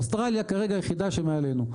אוסטרליה כרגע היחידה שמעלינו.